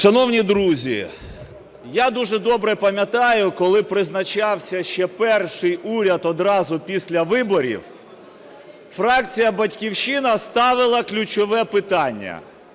Шановні друзі, я дуже добре пам'ятаю, коли призначався ще перший уряд, одразу після виборів фракція "Батьківщина" ставила ключове питання.